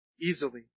easily